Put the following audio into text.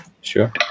Sure